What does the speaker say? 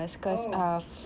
oh